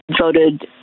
voted